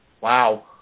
Wow